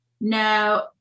No